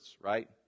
right